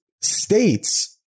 states